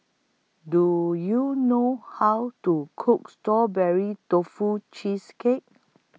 Do YOU know How to Cook Strawberry Tofu Cheesecake